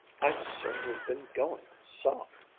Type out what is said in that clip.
i've certainly been going some!